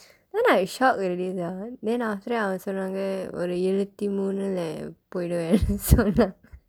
then I shocked already sia then after that அவங்க சொன்னாங்க ஒரு எழுபத்தி மூன்றுல போயிருவேன் சொன்னாங்க:avangka sonnaangka oru ezhuvaththi moonrula pooyiruveen sonnaangka